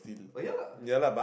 oh ya lah